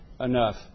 enough